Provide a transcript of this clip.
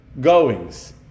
goings